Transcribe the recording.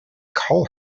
call